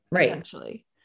essentially